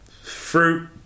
fruit